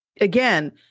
Again